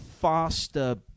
faster